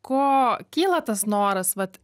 ko kyla tas noras vat